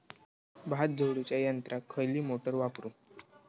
भात झोडूच्या यंत्राक खयली मोटार वापरू?